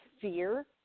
fear